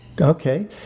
okay